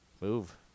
Move